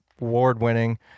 award-winning